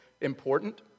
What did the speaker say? important